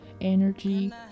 energy